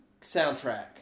Soundtrack